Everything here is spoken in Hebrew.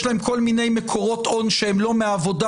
להם כל מיני מקורות הון שהם לא מעבודה,